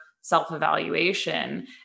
self-evaluation